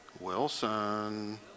Wilson